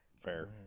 Fair